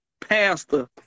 Pastor